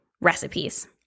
recipes